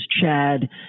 Chad